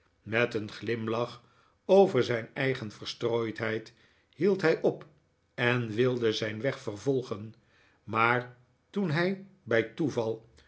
met een glimlach over zijn eigen verstrooidheid hield hij op en wilde zijn weg vervolgen maar toen hij bij toeval